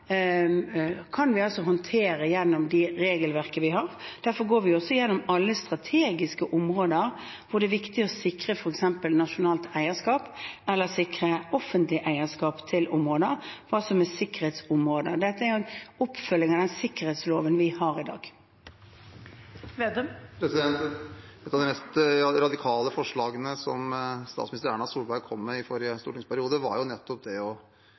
kan vi håndtere gjennom de regelverk vi har. Derfor går vi også gjennom alle strategiske områder hvor det er viktig å sikre f.eks. nasjonalt eierskap eller sikre offentlig eierskap til områder, hva som er sikkerhetsområder. Dette er en oppfølging av den sikkerhetsloven vi har i dag. Et av de mest radikale forslagene som statsminister Erna Solberg kom med i forrige stortingsperiode, var nettopp det